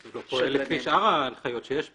אז הוא לא פועל לפי שאר ההנחיות שיש פה.